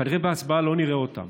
כנראה בהצבעה לא נראה אותם